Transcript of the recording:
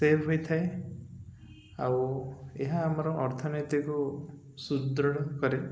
save ହୋଇଥାଏ ଆଉ ଏହା ଆମର ଅର୍ଥନୀତିକୁ ସୁଦୃଢ଼ କରେ